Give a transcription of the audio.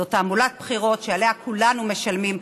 זו תעמולת בחירות שעליה כולנו משלמים,